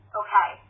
okay